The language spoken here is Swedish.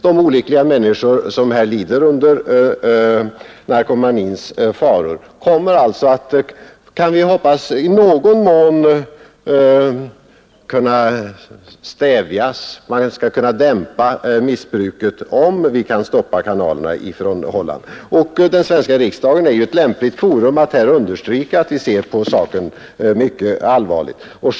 De olyckliga människor som lider under narkotikan kommer, kan vi hoppas, i någon mån att kunna dämpa sitt missbruk, om vi kan stoppa kanalerna från Holland. Den svenska riksdagen är ju ett lämpligt forum när det gäller att understryka att vi ser mycket allvarligt på saken.